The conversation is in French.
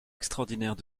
extraordinaires